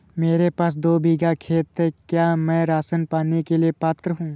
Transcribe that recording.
मेरे पास दो बीघा खेत है क्या मैं राशन पाने के लिए पात्र हूँ?